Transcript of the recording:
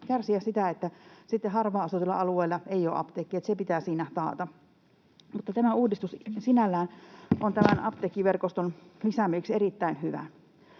että sitten harvaan asutuilla alueilla ei ole apteekkia. Se pitää siinä taata. Mutta tämä uudistus sinällään on tämän apteekkiverkoston lisäämiseksi erittäin hyvä.